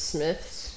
Smiths